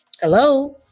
Hello